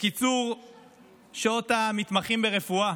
קיצור שעות המתמחים ברפואה,